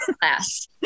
class